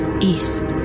east